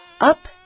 Up